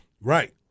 Right